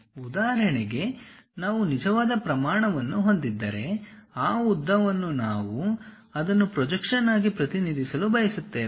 ಉದಾಹರಣೆಗೆ ನಾವು ನಿಜವಾದ ಪ್ರಮಾಣವನ್ನು ಹೊಂದಿದ್ದರೆ ಆ ಉದ್ದವನ್ನು ನಾವು ಅದನ್ನು ಪ್ರೊಜೆಕ್ಷನ್ ಆಗಿ ಪ್ರತಿನಿಧಿಸಲು ಬಯಸುತ್ತೇವೆ